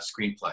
screenplay